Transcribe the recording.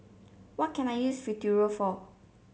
what can I use Futuro for